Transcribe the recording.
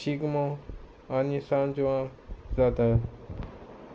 शिगमो आनी सांजवान जाता